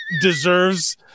deserves